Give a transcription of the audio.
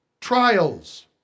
trials